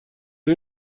این